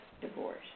divorce